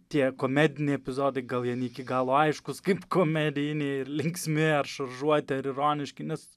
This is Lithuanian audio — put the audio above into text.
tie komediniai epizodai gal jie ne iki galo aiškūs kaip komedijiniai ir linksmi ar šaržuoti ar ironiški nes